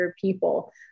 people